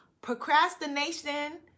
procrastination